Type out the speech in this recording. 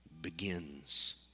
begins